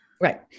Right